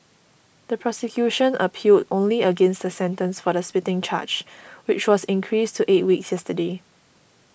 the prosecution appealed only against the sentence for the spitting charge which was increased to eight weeks yesterday